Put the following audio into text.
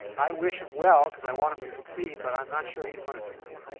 i wish him well because i want him to succeed, but i'm not sure he's going to succeed.